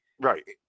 Right